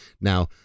Now